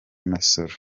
masoro